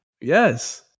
yes